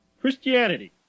Christianity